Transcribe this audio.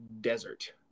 desert